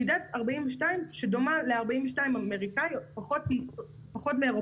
מידה 42 שדומה ל-42 אמריקאי, פחות לאירופי,